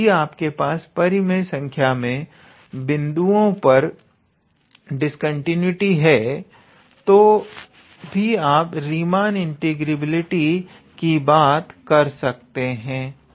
और यदि आपके पास परिमेय संख्या में बिंदुओं पर डिस्कंटीन्यूटी है तो भी आप रीमान इंटीग्रेबिलिटी की बात कर सकते हैं